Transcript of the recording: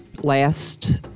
Last